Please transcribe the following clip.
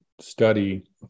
study